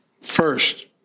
First